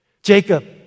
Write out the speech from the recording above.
Jacob